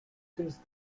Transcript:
since